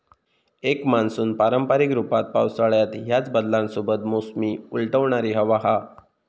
एक मान्सून पारंपारिक रूपात पावसाळ्यात ह्याच बदलांसोबत मोसमी उलटवणारी हवा हा